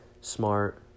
smart